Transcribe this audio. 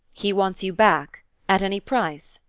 he wants you back at any price?